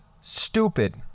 stupid